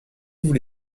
vous